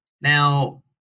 now